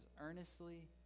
earnestly